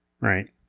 right